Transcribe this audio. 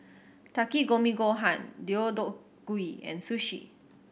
Takikomi Gohan Deodeok Gui and Sushi